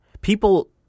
People